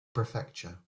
prefecture